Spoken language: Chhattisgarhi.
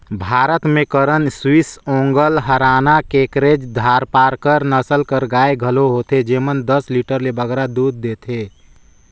भारत में करन स्विस, ओंगोल, हराना, केकरेज, धारपारकर नसल कर गाय घलो होथे जेमन दस लीटर ले बगरा दूद देथे